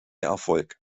erfolg